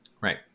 Right